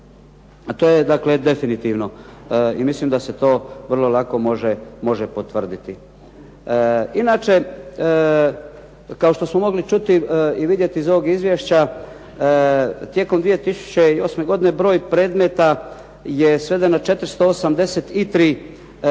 dakle definitivno i mislim da se to vrlo lako može potvrditi. Inače kao što smo mogli čuti i vidjeti iz ovog izvješća tijekom 2008. godine broj predmeta je svedeno na 483 pismena